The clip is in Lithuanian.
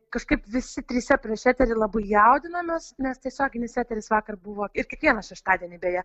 kažkaip visi trise prieš eterį labai jaudinomės nes tiesioginis eteris vakar buvo ir kiekvieną šeštadienį beje